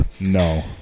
No